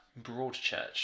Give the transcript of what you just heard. Broadchurch